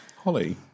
Holly